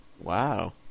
Wow